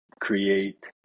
create